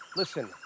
listen,